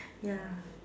ya